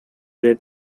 red